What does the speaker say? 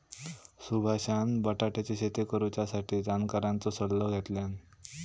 सुभाषान बटाट्याची शेती करुच्यासाठी जाणकारांचो सल्लो घेतल्यान